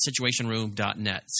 situationroom.net